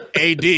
AD